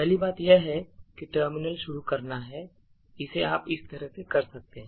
पहली बात यह है कि टर्मिनल शुरू करना है इसे आप इस तरह से कर सकते हैं